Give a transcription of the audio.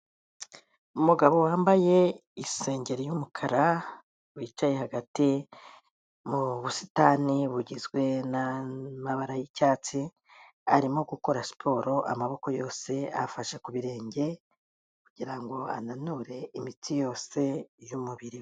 Umugabo wambaye isengeri y'umukara, wicaye hagati mu busitani bugizwe n'amabara y'icyatsi, arimo gukora siporo, amaboko yose afashe ku birenge, kugirango ananure imitsi yose y'umubiri.